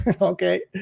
Okay